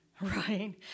right